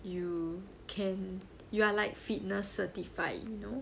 you can you are like fitness certified you know